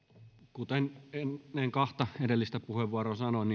kuten ennen kahta edellistä puheenvuoroa sanoin